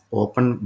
open